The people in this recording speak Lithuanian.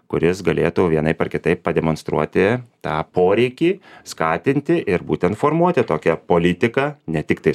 kuris galėtų vienaip ar kitaip pademonstruoti tą poreikį skatinti ir būtent formuoti tokią politiką ne tiktais